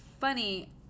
funny